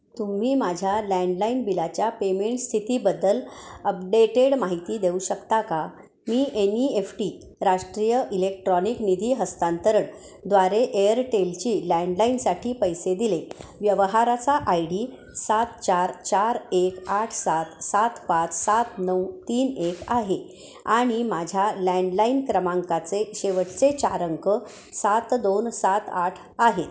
तुम्ही माझ्या लँडलाइन बिलाच्या पेमेंट स्थितीबद्दल अपडेटेड माहिती देऊ शकता का मी एन ई एफ टी राष्ट्रीय इलेक्ट्रॉनिक निधी हस्तांतरणद्वारे एअरटेलची लँडलाईनसाठी पैसे दिले व्यवहाराचा आय डी सात चार चार एक आठ सात सात पाच सात नऊ तीन एक आहे आणि माझ्या लँडलाईन क्रमांकाचे शेवटचे चार अंक सात दोन सात आठ आहे